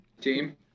Team